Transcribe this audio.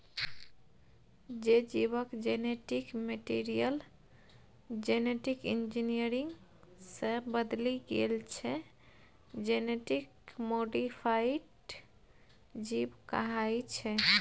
जे जीबक genetic material genetic engineering सँ बदलि गेल छै जेनेटिक मोडीफाइड जीब कहाइ छै